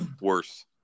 worse